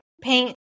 paint